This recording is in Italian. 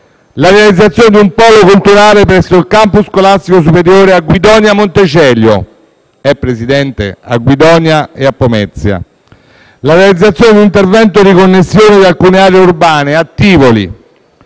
la realizzazione di un polo culturale presso il Campus scolastico superiore a Guidonia Montecelio (eh, Presidente, a Guidonia e a Pomezia!); la realizzazione di un intervento di connessione di alcune aree urbane a Tivoli;